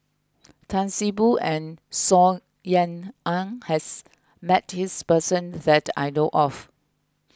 Tan See Boo and Saw Ean Ang has met this person that I know of